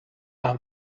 aan